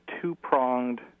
two-pronged